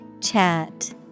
Chat